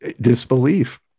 Disbelief